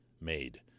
made